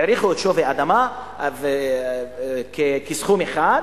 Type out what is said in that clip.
העריכו את שווי האדמה כסכום אחד,